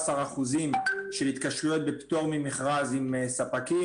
של התקשרויות בפטור ממכרז עם ספקים.